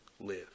live